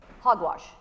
Hogwash